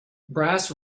brass